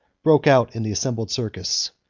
broke out in the assembled circus.